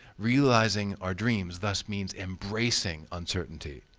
realizing our dreams thus means embracing uncertainty.